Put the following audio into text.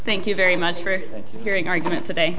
thank you very much for hearing argument today